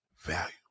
value